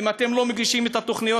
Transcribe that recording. אם אתם לא מגישים את התוכניות,